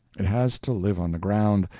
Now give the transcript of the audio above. it has to live on the ground,